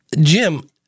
Jim